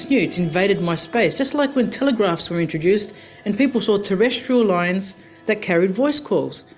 new, it's invaded my space, just like when telegraphs were introduced and people saw terrestrial lines that carried voice calls.